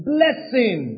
Blessing